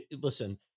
Listen